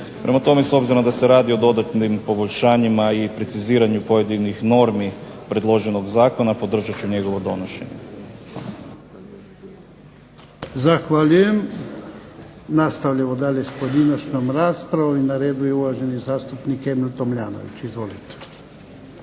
Prema tome, s obzirom da se radi o dodatnim poboljšanjima i preciziranju pojedinih normi predloženog zakona podržat ću njegovo donošenje. Hvala. **Jarnjak, Ivan (HDZ)** Zahvaljujem. Nastavljamo dalje s pojedinačnom raspravom. Na redu je uvaženi zastupnik Emil Tomljanović. Izvolite.